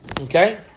Okay